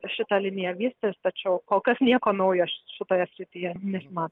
šita linija vystys tačiau kol kas nieko naujo šitoje srityje nesimato